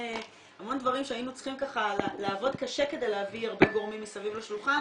המון דברים שהיינו צריכים לעבוד קשה כדי להביא הרבה גורמים מסביב לשולחן